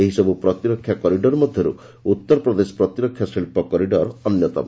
ଏହିସବୁ ପ୍ରତିରକ୍ଷା କରିଡ଼ର ମଧ୍ୟରୁ ଉତ୍ତର ପ୍ରଦେଶ ପ୍ରତିରକ୍ଷା ଶିଳ୍ପ କରିଡ଼ର ଅନ୍ୟତମ